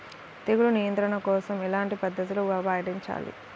తెగులు నియంత్రణ కోసం ఎలాంటి పద్ధతులు పాటించాలి?